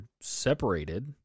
separated